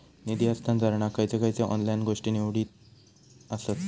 निधी हस्तांतरणाक खयचे खयचे ऑनलाइन गोष्टी निगडीत आसत?